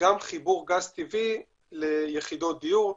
וגם חיבור גז טבעי ליחידות דיור,